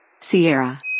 Sierra